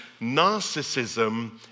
Narcissism